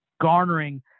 garnering